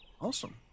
Awesome